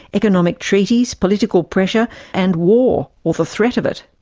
economic treaties, political pressure and war, or the threat of it.